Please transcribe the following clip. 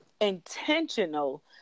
intentional